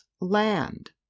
land